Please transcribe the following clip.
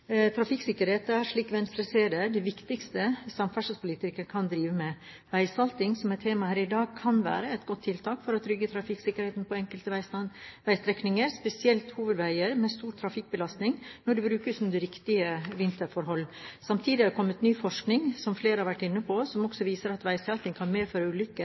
Trafikksikkerhet er, slik Venstre ser det, det viktigste samferdselspolitikere kan drive med. Veisalting, som er tema her i dag, kan være et godt tiltak for å trygge trafikksikkerheten på enkelte veistrekninger, spesielt på hovedveier med stor trafikkbelastning, når det brukes under riktige vinterforhold. Samtidig har det kommet ny forskning, som flere har vært inne på, som også viser at veisalting kan medføre ulykker,